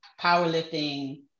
powerlifting